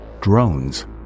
drones